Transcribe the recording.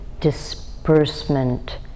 disbursement